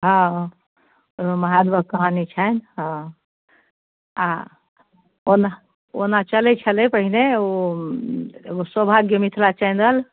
हँ ओहिमे महादेवक कहानी छनि हँ आ ओना ओना चलैत छलै पहिने ओ एगो सौभाग्य मिथिला चैनल